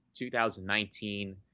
2019